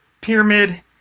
pyramid